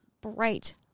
bright